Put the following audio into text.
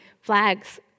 flags